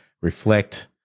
reflect